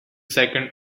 second